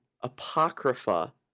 apocrypha